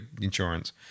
insurance